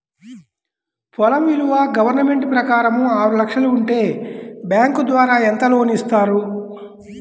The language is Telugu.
పొలం విలువ గవర్నమెంట్ ప్రకారం ఆరు లక్షలు ఉంటే బ్యాంకు ద్వారా ఎంత లోన్ ఇస్తారు?